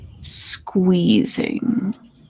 squeezing